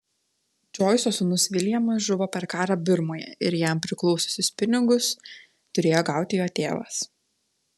džoiso sūnus viljamas žuvo per karą birmoje ir jam priklausiusius pinigus turėjo gauti jo tėvas